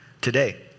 today